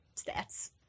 stats